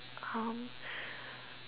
um